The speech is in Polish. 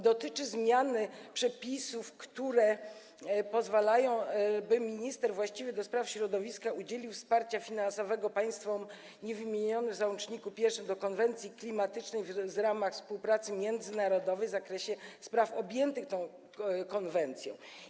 Dotyczy zmian przepisów, które pozwalają, by minister właściwy do spraw środowiska udzielił wsparcia finansowego państwom niewymienionym w załączniku I do konwencji klimatycznej w ramach współpracy międzynarodowej w zakresie spraw objętych tą konwencją.